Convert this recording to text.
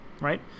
right